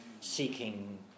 seeking